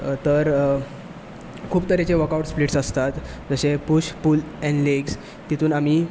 तर खूब तरेचे वर्क आवट स्प्लिट्स आसतात जशे पूश पूल एन्ड लेग्स तितून आमी